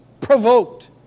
provoked